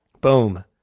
Boom